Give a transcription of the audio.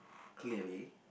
clearly